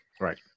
Right